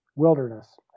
wilderness